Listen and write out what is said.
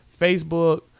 Facebook